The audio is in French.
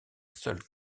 seule